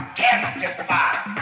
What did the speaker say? testify